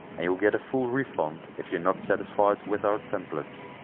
and you'll get a full refund if you're not satisfied with our templates.